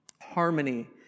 harmony